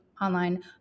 online